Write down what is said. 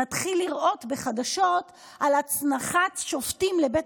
נתחיל לראות בחדשות על הצנחת שופטים לבית